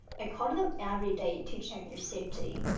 i called them every day to check their safety.